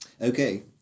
Okay